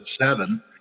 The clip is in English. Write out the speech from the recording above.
seven